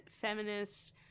feminist